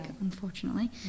unfortunately